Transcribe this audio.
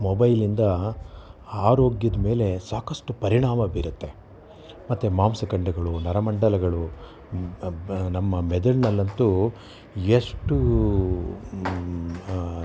ಮೊಬೈಲಿಂದ ಆರೋಗ್ಯದ ಮೇಲೆ ಸಾಕಷ್ಟು ಪರಿಣಾಮ ಬೀರುತ್ತೆ ಮತ್ತೆ ಮಾಂಸಖಂಡಗಳು ನರಮಂಡಲಗಳು ನಮ್ಮ ಮೆದುಳಿನಲ್ಲಂತೂ ಎಷ್ಟು